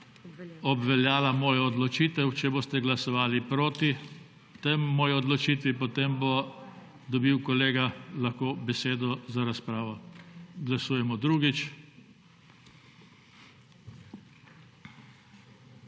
obveljala moja odločitev, če boste glasovali proti tej moji odločitvi, potem bo dobil kolega lahko besedo za razpravo. Glasujemo drugič.